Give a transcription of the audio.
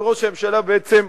הממשלה, וראש הממשלה, בעצם,